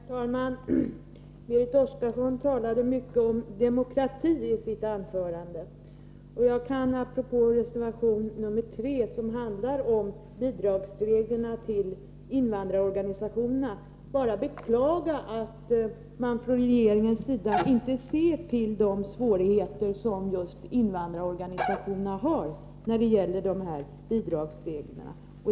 Herr talman! Berit Oscarsson talade mycket om demokrati i sitt anföran de. Jag kan apropå reservation 3, som handlar om reglerna för bidrag till invandrarorganisationer, bara beklaga att man från regeringens sida inte ser till de svårigheter som just invandrarorganisationerna har när det gäller dessa bidragsregler.